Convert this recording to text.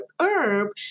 herb